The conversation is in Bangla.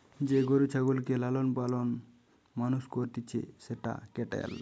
যে গরু ছাগলকে লালন পালন মানুষ করতিছে সেটা ক্যাটেল